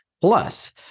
Plus